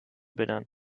benannt